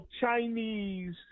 Chinese